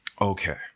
Okay